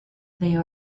they